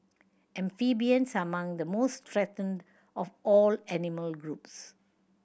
amphibians are among the most threatened of all animal groups